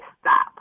stop